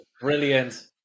Brilliant